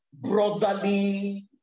brotherly